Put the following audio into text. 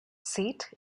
seat